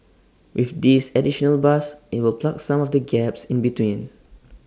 with this additional bus IT will plug some of the gaps in between